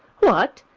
what!